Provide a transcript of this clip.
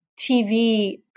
TV